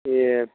یہ